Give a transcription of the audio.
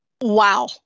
Wow